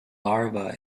larva